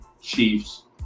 chiefs